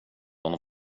honom